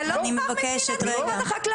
זה לא מוכח, זה לא מוכח מבחינת משרד החקלאות?